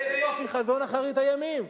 איזה יופי, חזון אחרית הימים.